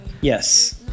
Yes